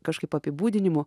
kažkaip apibūdinimų